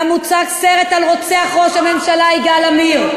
שבו מוצג סרט על רוצח ראש הממשלה יגאל עמיר?